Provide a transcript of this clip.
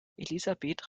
elisabeth